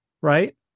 right